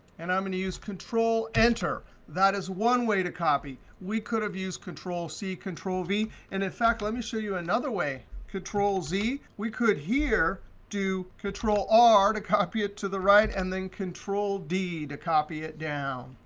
and i'm going to use control enter. that is one way to copy. we could have used control c, control v and, in fact, let me show you another way. control z, we could here do control r to copy it to the right and then control d to copy it down.